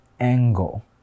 Angle